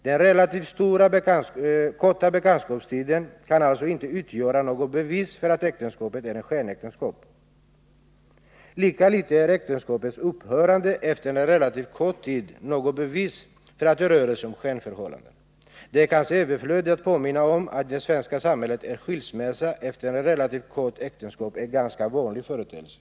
Den relativt korta bekantskapstiden kan alltså inte utgöra något bevis för att äktenskapet är ett skenäktenskap. Lika litet är äktenskapets upphörande efter en relativt kort tid något bevis för att det rör sig om ett skenförhållande. Det är kanske överflödigt att påminna om att i det svenska samhället är skilsmässa efter ett relativt kort äktenskap en ganska vanlig företeelse.